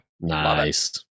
Nice